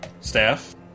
staff